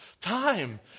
time